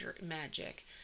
magic